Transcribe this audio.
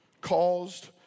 caused